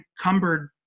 encumbered